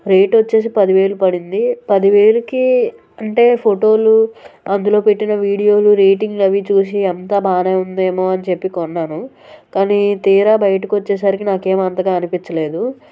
rate వచ్చేసి పది వేలు పడింది పది వేలుకి అంటే ఫొటోలు అందులో పెట్టిన వీడియోలు రేటింగ్ అవి చూసి అంతా బాగానే ఉందేమో అని చెప్పి కొన్నాను కానీ తీరా బయటకి వచ్చేసరికి నాకు ఏమి అంతగా అనిపించలేదు